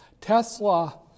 Tesla